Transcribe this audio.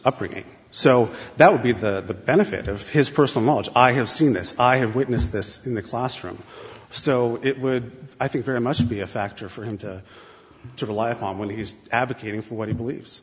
upbringing so that would be the benefit of his personal knowledge i have seen this i have witnessed this in the classroom so it would i think very much be a factor for him to to the life i am when he's advocating for what he believes